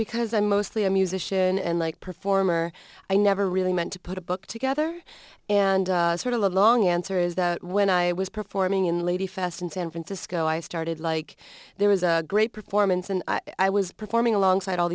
because i'm mostly a musician and like performer i never really meant to put a book together and sort of the long answer is that when i was performing in lady fest in san francisco i started like there was a great performance and i was performing alongside all